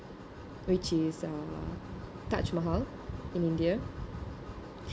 which is uh taj mahal in india